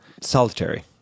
solitary